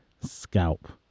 scalp